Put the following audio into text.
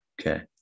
Okay